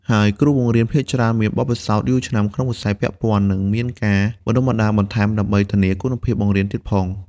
ហើយគ្រូបង្រៀនភាគច្រើនមានបទពិសោធន៍យូរឆ្នាំក្នុងវិស័យពាក់ព័ន្ធ និងមានការបណ្តុះបណ្តាលបន្ថែមដើម្បីធានាគុណភាពបង្រៀនទៀតផង។